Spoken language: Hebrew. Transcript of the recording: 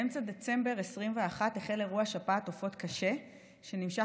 באמצע דצמבר 2021 החל אירוע שפעת עופות קשה שנמשך